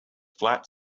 flat